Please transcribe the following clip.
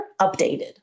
updated